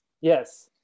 yes